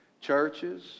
Churches